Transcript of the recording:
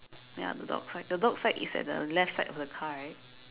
ya the dog side the dog side is at the left side of the car right